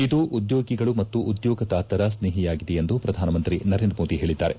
ಇದು ಉದ್ಯೋಗಿಗಳು ಮತ್ತು ಉದ್ಯೋಗದಾತರ ಸ್ನೇಹಿಯಾಗಿದೆ ಎಂದು ಪ್ರಧಾನಮಂತ್ರಿ ನರೇಂದ್ರಮೋದಿ ಹೇಳಿದ್ದಾರೆ